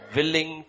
willing